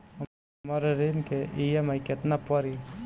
हमर ऋण के ई.एम.आई केतना पड़ी?